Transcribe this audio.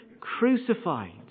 crucified